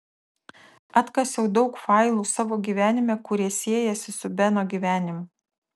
atkasiau daug failų savo gyvenime kurie siejasi su beno gyvenimu